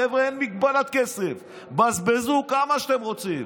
חבר'ה, אין מגבלת כסף, בזבזו כמה שאתם רוצים.